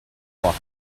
while